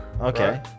Okay